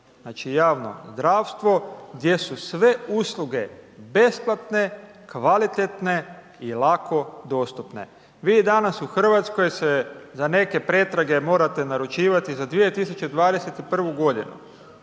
Znači javno zdravstvo gdje su sve usluge besplatne, kvalitetne i lako dostupne. Vi danas u Hrvatskoj se za neke pretrage morate naručivati za 2021. godinu.